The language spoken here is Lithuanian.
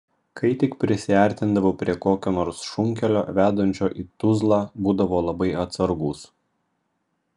kai tik prisiartindavo prie kokio nors šunkelio vedančio į tuzlą būdavo labai atsargūs